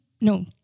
no